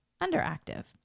underactive